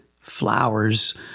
flowers